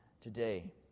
today